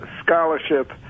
scholarship